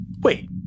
Wait